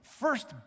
first